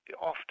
often